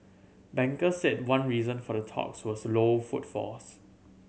bankers said one reason for the talks was low footfalls